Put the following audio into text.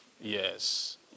Yes